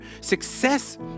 success